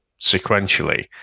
sequentially